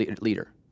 leader